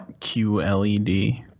QLED